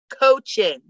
coaching